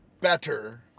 better